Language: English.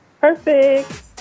Perfect